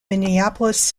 minneapolis